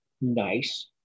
nice